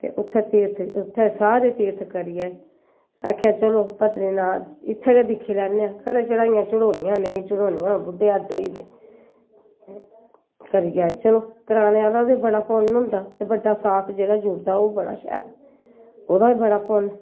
ते उत्थें तीरथ सारे तीरथ करिये आखेआ चलो बद्रीनाथ इत्थें गै दिक्खी लैन्ने आं खरै चढ़ाइयां चढ़ोनियां नेईं चढ़ोनियां हून बुड्ढे हड्ड होई दे करी आये चलो कराने आह्ले दा बड़ा पु'न्न होंदा बड्डा साथ जेह्ड़ा जुड़दा ओह् बड़ा शैल ओह्दा बड़ा पु'न्न